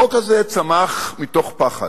החוק הזה צמח מתוך פחד.